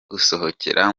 gusohokera